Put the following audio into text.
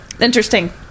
Interesting